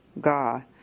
God